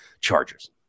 Chargers